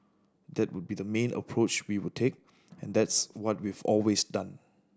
that would be the main approach we would take and that's what we've always done